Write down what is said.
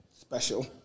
Special